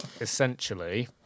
Essentially